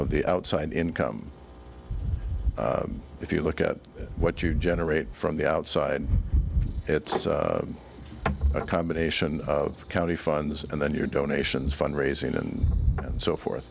of the outside income if you look at what you generate from the outside it's a combination of county funds and then your donations fund raising and so forth